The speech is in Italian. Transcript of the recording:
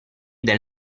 del